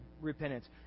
repentance